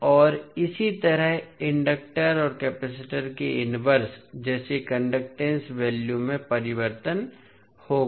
और इसी तरह इनडक्टर और कैपेसिटर के इनवर्स जैसे कंडक्टैंस वैल्यू में परिवर्तन होगा